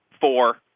Four